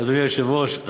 אדוני היושב-ראש,